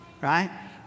right